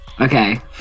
Okay